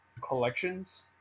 collections